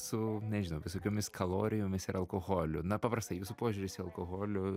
su nežinau visokiomis kalorijomis ir alkoholiu na paprastai jūsų požiūris į alkoholio